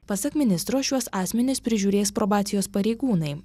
pasak ministro šiuos asmenis prižiūrės probacijos pareigūnai